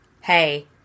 hey